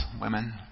women